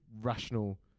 rational